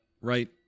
Right